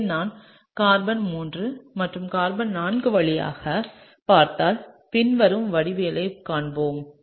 எனவே நான் கார்பன் 3 மற்றும் கார்பன் 4 வழியாகப் பார்த்தால் பின்வரும் வடிவவியலைக் காண்பேன்